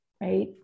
Right